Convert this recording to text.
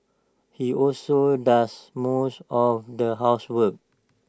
he also does most of the housework